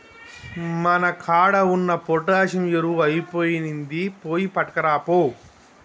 మన కాడ ఉన్న పొటాషియం ఎరువు ఐపొయినింది, పోయి పట్కరాపో